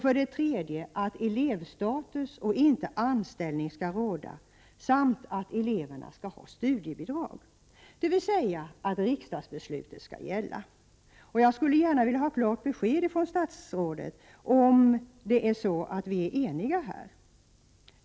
För det tredje skall elevstatus och inte anställning råda och eleverna skall ha studiebidrag, dvs. riksdagsbeslutet skall gälla. Jag vill gärna ha klart besked om huruvida statsrådet instämmer i att vi är eniga om detta.